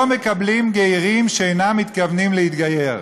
לא מקבלים גרים שאינם מתכוונים להתגייר